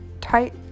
tight